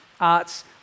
arts